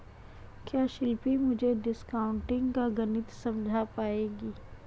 क्या शिल्पी मुझे डिस्काउंटिंग का गणित समझा पाएगी?